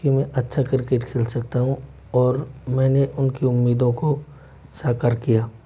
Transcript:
कि मैं अच्छा क्रिकेट खेल सकता हूँ और मैंने उनकी उम्मीदों को साकार किया